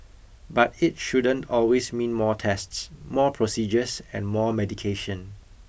but it shouldn't always mean more tests more procedures and more medication